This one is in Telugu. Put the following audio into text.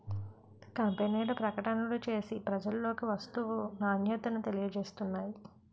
కంపెనీలు ప్రకటనలు చేసి ప్రజలలోకి వస్తువు నాణ్యతను తెలియజేస్తున్నాయి